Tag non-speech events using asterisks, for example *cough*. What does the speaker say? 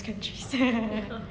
which countries *laughs*